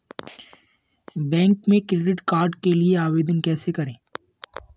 Bank में credit card के लिए आवेदन कैसे करें?